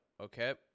okay